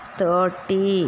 thirty